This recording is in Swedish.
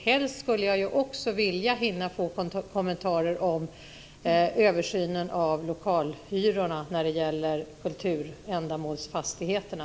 Helst skulle jag också vilja hinna få kommentarer om översynen av lokalhyrorna när det gäller kulturändamålsfastigheterna.